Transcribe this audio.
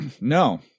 No